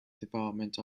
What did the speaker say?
development